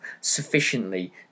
sufficiently